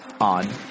on